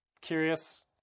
curious